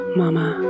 mama